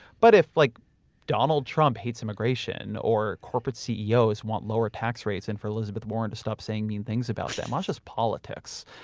but if like donald trump hates immigration or corporate ceos want lower tax rates, and for elizabeth warren to stop saying mean things about them, that's ah just politics,